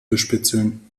bespitzeln